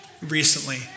recently